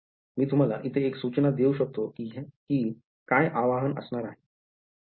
मी तुम्हाला इथे एक सूचना देऊ शकतो कि काय आवाहन असणार आहे